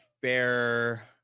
fair